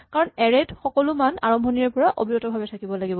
কাৰণ এৰে ত সকলো মান আৰম্ভণিৰে পৰা অবিৰতভাৱে থাকিব লাগিব